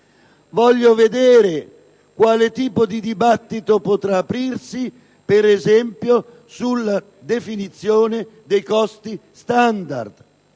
voglio vedere quale tipo di dibattito potrà aprirsi, per esempio, sulla definizione dei costi standard.